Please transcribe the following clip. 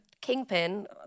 Kingpin